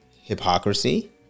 hypocrisy